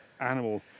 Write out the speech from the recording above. animal